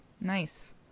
Nice